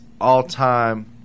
all-time